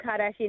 Kardashian